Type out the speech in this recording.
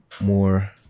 more